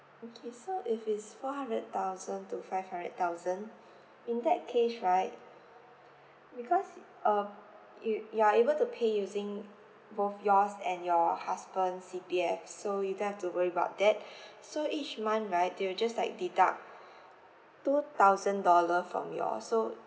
okay so if it's four hundred thousand to five hundred thousand in that case right because uh you you are able to pay using both yours and your husband C_P_F so you don't have to worry about that so each month right they will just like deduct two thousand dollar from you all so